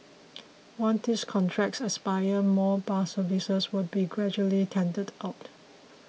once these contracts expire more bus services will be gradually tendered out